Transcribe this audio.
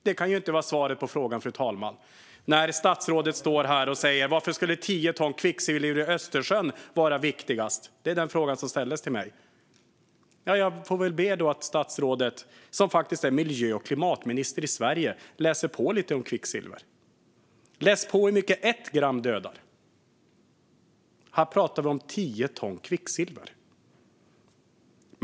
Det kan ju inte vara svaret på frågan, fru talman, när statsrådet står här och undrar varför tio ton kvicksilver i Östersjön skulle vara viktigast. Det var den fråga som ställdes till mig. Jag får väl be statsrådet, som faktiskt är miljö och klimatminister i Sverige, att läsa på lite om kvicksilver. Läs på om hur mycket ett gram dödar! Här pratar vi om tio ton kvicksilver.